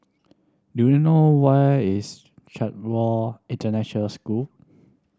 do you know where is Chatsworth International School